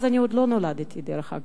אז אני עוד לא נולדתי, דרך אגב.